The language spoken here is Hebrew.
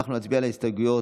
אנחנו נצביע על ההסתייגויות.